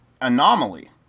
anomaly